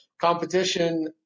competition